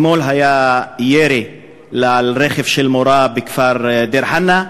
אתמול היה ירי על רכב של מורה בכפר דיר-חנא,